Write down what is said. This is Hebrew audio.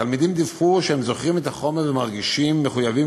תלמידים דיווחו שהם זוכרים את החומר ומרגישים מחויבים